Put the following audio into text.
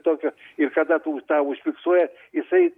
tokio ir kada tu tą užfiksuoja jisai